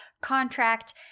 contract